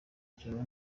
cyaba